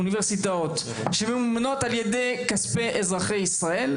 אוניברסיטאות שמממומנות על ידי כספי אזרחי ישראל,